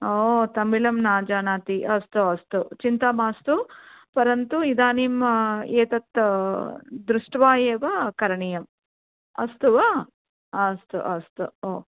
हो तमिळं न जानाति अस्तु अस्तु चिन्ता मास्तु परन्तु इदानीं एतत् दृष्ट्वा एव करणीयं अस्तु वा अस्तु अस्तु